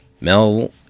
Mel